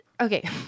okay